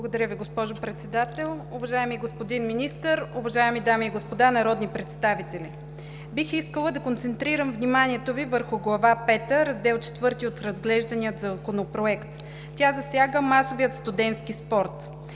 Благодаря Ви, госпожо Председател. Уважаеми господин Министър, уважаеми дами и господа народни представители! Бих искала да концентрирам вниманието Ви върху Глава пета, Раздел ІV от разглеждания Законопроект. Тя засяга масовия студентски спорт.